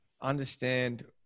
understand